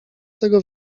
tego